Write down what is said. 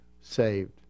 saved